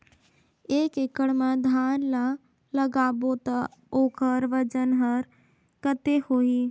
एक एकड़ मा धान ला लगाबो ता ओकर वजन हर कते होही?